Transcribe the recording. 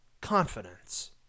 confidence